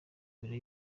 mbere